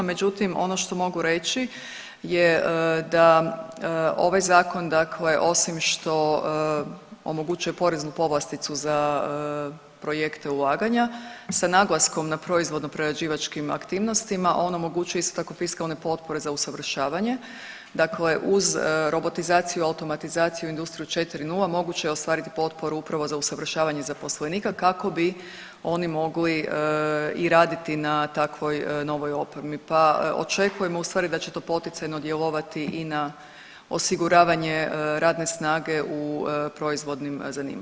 Međutim, ono što mogu reći je da ovaj zakon osim što omogućuje poreznu povlasticu za projekte ulaganja sa naglaskom na proizvodno-prerađivačkim aktivnostima on omogućuje isto tako fiskalne potpore za usavršavanje, dakle uz robotizaciju i automatizaciju industriju 4.0 moguće je ostvariti potporu upravo za usavršavanje zaposlenika kako bi oni mogli i raditi na takvoj novoj opremi, pa očekujemo da će to poticajno djelovati i na osiguravanje radne snage u proizvodnim zanimanjima.